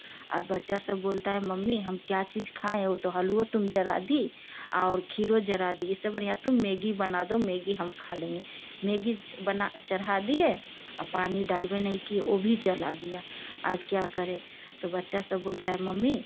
अब बच्चा सब बोलता है मम्मी हम क्या चीज़ खाएँ वह तो हलुओ तुम जला दी और खीरो जला दी इससे बढ़िया तुम मेगी बना दो मेगी हम खा लेंगे मेगी बना चढ़ा दिए और पानी डालबे नहीं किए वह भी जल गया अब क्या करें तो बच्चा सब बोलता है मम्मी